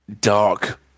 dark